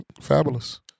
Fabulous